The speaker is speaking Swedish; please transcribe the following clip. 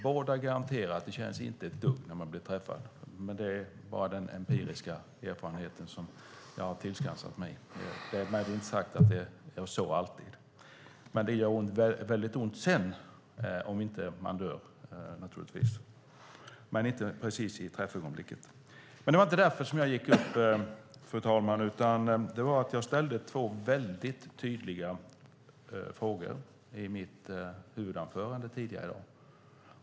Båda garanterar att det inte känns ett dugg när man blir träffad - det är bara den empiriska erfarenhet som jag har tillskansat mig; det är därmed inte sagt att det är så alltid - men det gör väldigt ont sedan, om man inte dör, naturligtvis. Men det var inte därför som jag gick upp här, fru talman, utan det var för att jag ställde två tydliga frågor i mitt huvudanförande tidigare i dag.